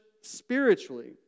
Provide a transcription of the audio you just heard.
spiritually